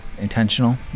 intentional